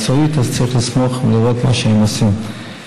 מקצועית צריך לסמוך ולראות מה שהם עושים.